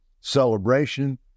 celebration